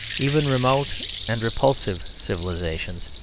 even remote and repulsive civilisations,